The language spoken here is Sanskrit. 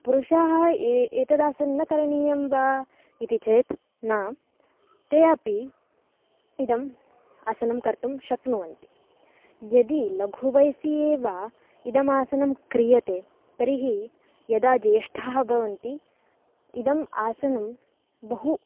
पुरुषाः ए एतदासनं न करणीयं वा इति चेत् न ते अपि इदम् आसनं कर्तुं शक्नुवन्ति यदि लघुवयसि एव इदमासनं क्रियते तर्हि यदा ज्येष्ठाः भवन्ति इदम् आसनं बहु